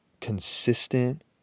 consistent